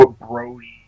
Brody